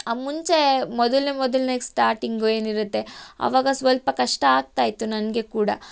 ಆ ಮುಂಚೆ ಮೊದಲನೆ ಮೊದಲನೆ ಸ್ಟಾಟಿಂಗ್ ಏನಿರುತ್ತೆ ಆವಾಗ ಸ್ವಲ್ಪ ಕಷ್ಟ ಆಗ್ತಾ ಇತ್ತು ನನಗೆ ಕೂಡ